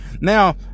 now